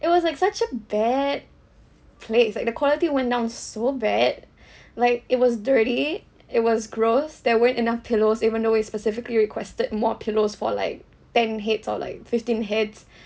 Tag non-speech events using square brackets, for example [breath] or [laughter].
it was like such a bad place like the quality went down so bad [breath] like it was dirty it was gross there weren't enough pillows even though we specifically requested more pillows for like ten heads or like fifteen heads [breath]